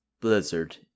Blizzard